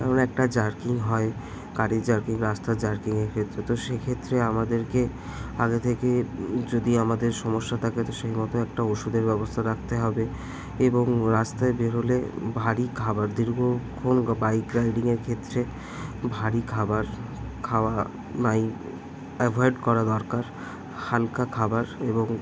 কারণ একটা জার্কিং হয় গাড়ির জার্কিং রাস্তার জার্কিংয়ের ক্ষেত্রে তো সে ক্ষেত্রে আমাদেরকে আগে থেকে যদি আমাদের সমস্যা থাকে তো সেই মতো একটা ওষুধের ব্যবস্থা রাখতে হবে এবং রাস্তায় বেরোলে ভারী খাবার দীর্ঘক্ষণ বাইক রাইডিংয়ের ক্ষেত্রে ভারী খাবার খাওয়া নাই অ্যাভয়েড করা দরকার হালকা খাবার এবং